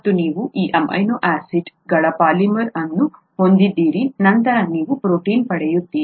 ಮತ್ತು ನೀವು ಈ ಅಮೈನೋ ಆಸಿಡ್ಗಳ ಪಾಲಿಮರ್ ಅನ್ನು ಹೊಂದಿದ್ದೀರಿ ನಂತರ ನೀವು ಪ್ರೋಟೀನ್ ಪಡೆಯುತ್ತೀರಿ